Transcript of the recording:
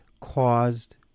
caused